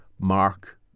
mark